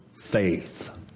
faith